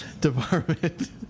department